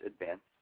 advanced